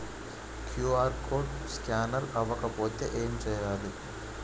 QR code scanner అవ్వకపోతే ఏం చేయాలి?